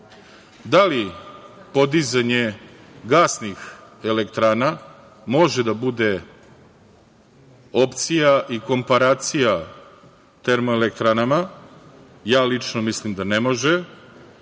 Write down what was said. li podizanje gasnih elektrana može da bude opcija i komparacija termoelektranama? Ja lično mislim da ne može,